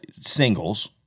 singles